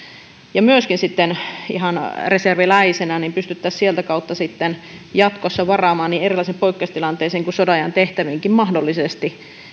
ja myöskin ihan reserviläisenä sitä kautta jatkossa varaamaan niin erilaisiin poikkeustilanteisiin kuin sodanajan tehtäviinkin mahdollisesti